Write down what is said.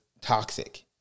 toxic